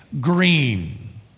green